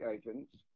agents